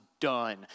Done